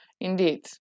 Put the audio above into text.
Indeed